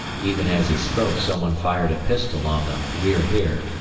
even as he spoke some one fired a pistol on the we're here,